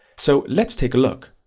so let's take a look,